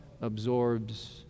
absorbs